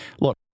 Look